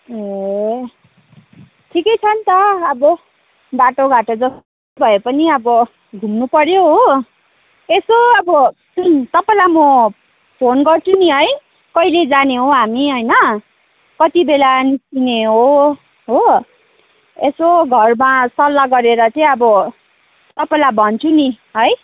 ए ठिकै छ नि त अब बाटोघाटो जस्तो भए पनि अब घुम्नु पर्यो हो यसो अब तपाईँलाई म फोन गर्छु नि है कहिले जाने हो हामी होइन कति बेला निस्किने हो हो यसो घरमा सल्लाह गरेर चाहिँ अब तपाईँलाई भन्छु नि है